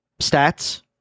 stats